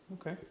okay